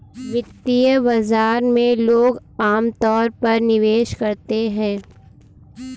वित्तीय बाजार में लोग अमतौर पर निवेश करते हैं